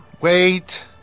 Wait